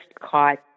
caught